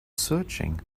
searching